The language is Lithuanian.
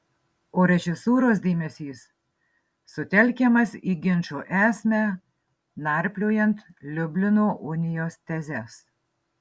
o režisūros dėmesys sutelkiamas į ginčo esmę narpliojant liublino unijos tezes